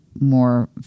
more